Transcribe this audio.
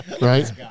right